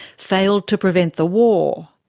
failed to prevent the war.